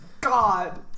God